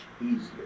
easier